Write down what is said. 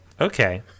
Okay